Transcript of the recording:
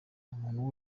umuntu